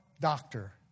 doctor